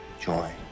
joy